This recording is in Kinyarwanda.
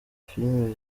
filimi